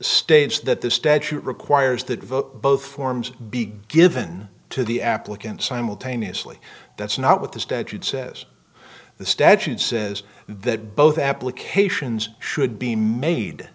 states that the statute requires that vote both forms be given to the applicant simultaneously that's not what the statute says the statute says that both applications should be made